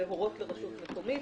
להורות לרשות מקומית,